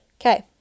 Okay